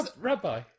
rabbi